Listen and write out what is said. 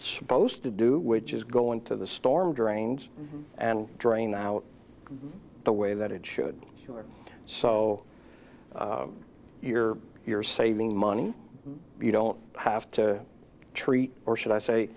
supposed to do which is go into the storm drains and drain out the way that it should here so you're you're saving money you don't have to treat or should i say